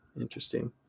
interesting